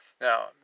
Now